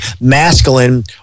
masculine